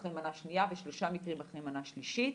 אחרי המנה השנייה ושלושה מקרים אחרי המנה השלישית.